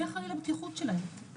מי אחראי לבטיחות שלהם?